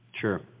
Sure